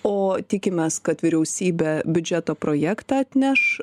o tikimės kad vyriausybė biudžeto projektą atneš